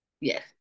yes